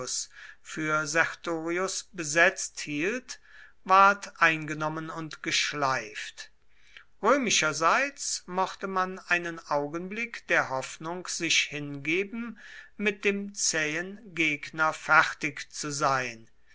für sertorius besetzt hielt ward eingenommen und geschleift römischerseits mochte man einen augenblick der hoffnung sich hingeben mit dem zähen gegner fertig zu sein